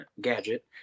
gadget